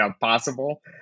possible